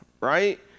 right